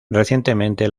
recientemente